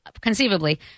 conceivably